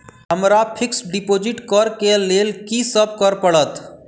हमरा fix deposit करऽ केँ लेल की सब करऽ पड़त?